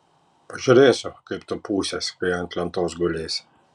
pažiūrėsiu kaip tu pūsies kai ant lentos gulėsi